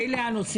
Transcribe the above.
לא.